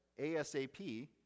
ASAP